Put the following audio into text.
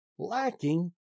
lacking